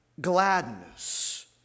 gladness